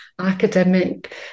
academic